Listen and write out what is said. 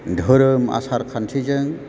धोरोम आसार खान्थिजों